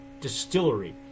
distillery